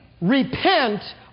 repent